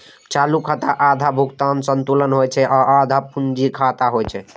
चालू खाता आधा भुगतान संतुलन होइ छै आ आधा पूंजी खाता होइ छै